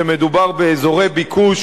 ומדובר במבוקשים ביותר באזורי הביקוש